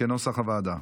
כנוסח הוועדה.